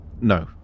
No